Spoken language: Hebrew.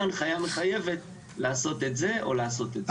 הנחיה מחייבת לעשות את זה או לעשות את זה.